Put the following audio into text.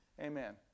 Amen